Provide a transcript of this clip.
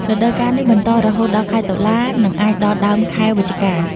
រដូវកាលនេះបន្តរហូតដល់ ខែតុលា និងអាចដល់ដើមខែវិច្ឆិកា។